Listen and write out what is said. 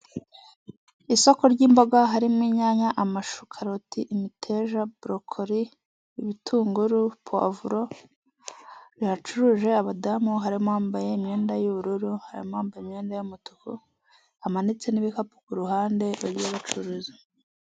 Isoko ry'imboga harimo: inyanya, amashu, karoti, imiteja, burokori, ibitunguru, puwavuro, bihacuruje; abadamu harimo uwambaye imyenda y'ubururu, hari n'uwambaye imyenda y'umutuku, hamanitse n'ibikapu ku ruhande bagiye bicuruzwa.